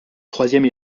troisième